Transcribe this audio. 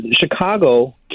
Chicago